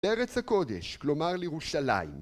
ארץ הקודש, כלומר לירושלים